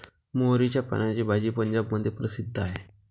मोहरीच्या पानाची भाजी पंजाबमध्ये प्रसिद्ध आहे